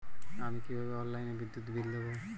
আমি কিভাবে অনলাইনে বিদ্যুৎ বিল দেবো?